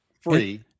Free